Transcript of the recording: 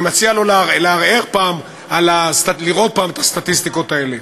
אני מציע לו להרהר פעם ולראות פעם את הסטטיסטיקות האלה.